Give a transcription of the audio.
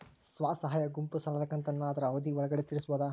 ಸ್ವಸಹಾಯ ಗುಂಪು ಸಾಲದ ಕಂತನ್ನ ಆದ್ರ ಅವಧಿ ಒಳ್ಗಡೆ ತೇರಿಸಬೋದ?